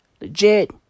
Legit